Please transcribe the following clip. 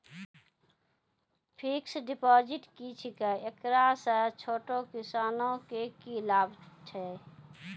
Fixed deposit की छिकै, एकरा से छोटो किसानों के की लाभ छै?